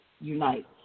Unite